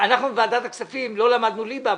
אנחנו ועדת הכספים לא למדנו ליבה,